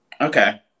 Okay